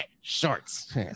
Shorts